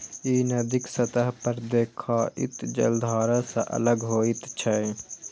ई नदीक सतह पर देखाइत जलधारा सं अलग होइत छै